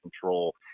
control